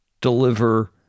deliver